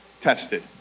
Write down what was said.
tested